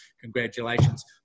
Congratulations